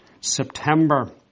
September